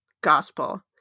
gospel